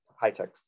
high-tech